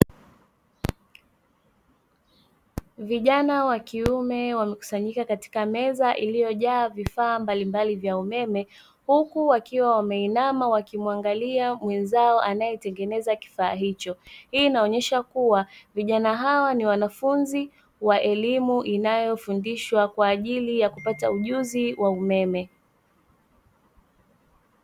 Vijana wa kiume wamekusanyika katika meza iliojaa vifaa mbalimbali vya umeme huku wakiwa wameinama wakimwagalia mwenzao anaetengeneza kifaa hicho. Hii inaonesha kuwa vijana hawa ni wanafunzi wa elimu inayofundishwa kwa ajili ya kupata ujuzi wa umeme.